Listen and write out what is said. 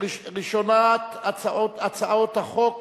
הראשונה בהצעות החוק